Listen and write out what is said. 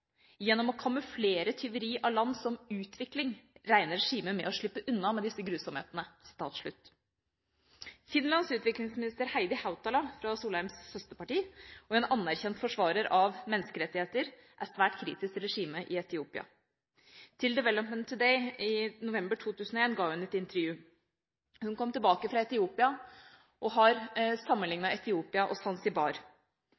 Gjennom å kamuflere tyveri av land som «utvikling» regner regimet med å slippe unna med disse grusomhetene. Finlands utviklingsminister Heidi Hautala, fra Solheims søsterparti, og en anerkjent forsvarer av menneskerettigheter er svært kritisk til regimet i Etiopia. Til Development Today i november 2011 ga hun et intervju. Hun kom tilbake fra Etiopia og har